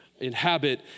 inhabit